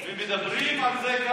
ומדברים על זה,